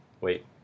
Wait